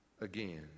again